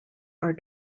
are